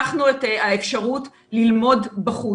פתחנו את האפשרות ללמוד בחוץ,